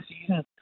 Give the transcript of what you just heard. season